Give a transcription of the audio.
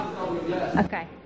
Okay